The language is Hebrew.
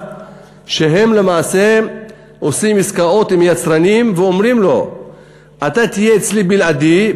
שהם למעשה עושים עסקאות עם יצרנים ואומרים ליצרן: אתה תהיה אצלי בלעדי,